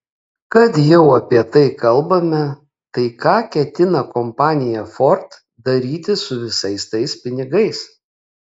kad jau apie tai kalbame tai ką ketina kompanija ford daryti su visais tais pinigais